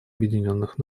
объединенных